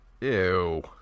Ew